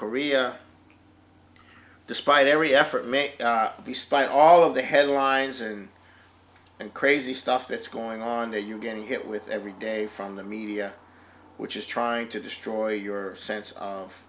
korea despite every effort may be spite all of the headlines and and crazy stuff that's going on that you get hit with every day from the media which is trying to destroy your sense